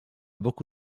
boku